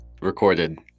recorded